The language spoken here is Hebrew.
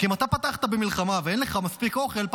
כי אם אתה פתחת במלחמה ואין לך מספיק אוכל,